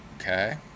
Okay